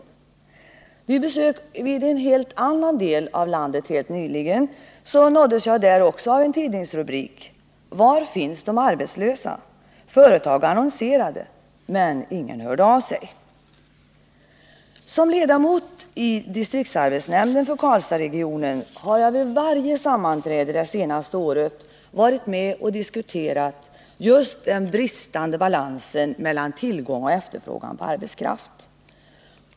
Vid ett besök helt nyligen i en helt annan del av landet nåddes jag av en annan tidningsrubrik: ”Var finns de arbetslösa? Företag annonserade, men ingen hörde av sig.” Som ledamot av distriktsarbetsnämnden för Karlstadsregionen har jag vid varje sammanträde det senaste året varit med och diskuterat just den bristande balansen mellan tillgång och efterfrågan på arbetskraft.